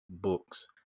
books